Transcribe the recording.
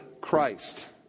Christ